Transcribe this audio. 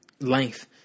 length